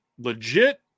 legit